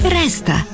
resta